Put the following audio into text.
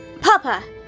Papa